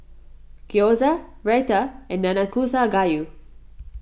Gyoza Raita and Nanakusa Gayu